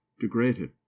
degraded